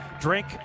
drink